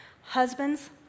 Husbands